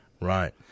Right